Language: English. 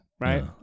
right